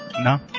No